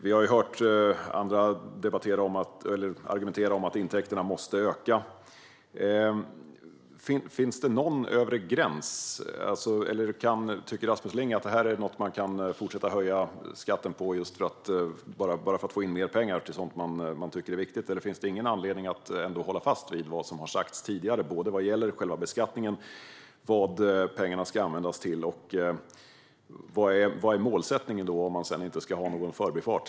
Vi har hört andra argumentera för att intäkterna måste öka. Finns det någon övre gräns? Eller tycker Rasmus Ling att man kan fortsätta höja skatten på det här för att få in mer pengar till sådant som man tycker är viktigt? Finns det ingen anledning att hålla fast vid vad som sagts tidigare, vad gäller både själva beskattningen och vad pengarna ska användas till? Vad är målsättningen om man inte ska ha någon förbifart?